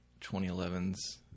2011's